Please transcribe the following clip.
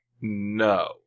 No